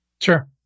Sure